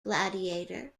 gladiator